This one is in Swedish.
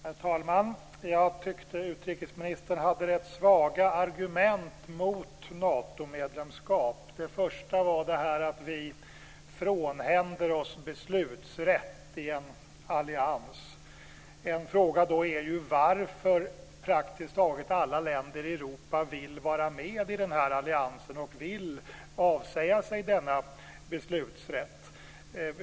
Herr talman! Jag tycker att utrikesministern hade rätt svaga argument mot Natomedlemskap. Det första var att vi frånhänder oss beslutsrätt i en allians. En fråga då är varför praktiskt taget alla länder i Europa vill vara med i den här alliansen och vill avsäga sig denna beslutsrätt.